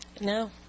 No